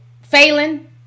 Phelan